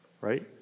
right